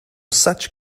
such